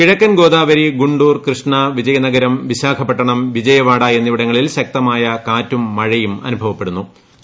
കിഴക്കൻ ഗോദാവരി ഗുണ്ടൂർ കൃഷ്ണ വിസിയനഗരം വിശാഖപട്ടണം വിജയവാഡ എന്നിവിടങ്ങളിൽ ശക്തമായ കാറ്റും മഴയും അനുഭവപ്പെട്ടു